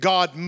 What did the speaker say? God